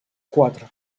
quatre